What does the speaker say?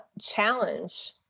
challenge